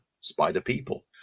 Spider-People